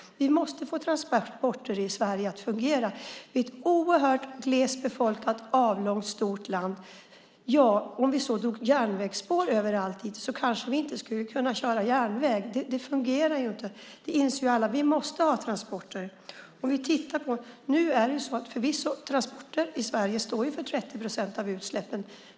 Vi måste få transporterna att fungera i Sverige. Sverige är ett oerhört glest befolkat, avlångt, stort land. Även om vi drog järnvägsspår överallt skulle vi kanske inte kunna köra tåg. Det fungerar inte. Det inser alla. Vi måste ha transporter. Transporter i Sverige står förvisso för 30 procent av utsläppen.